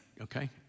Okay